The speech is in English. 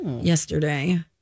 yesterday